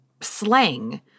slang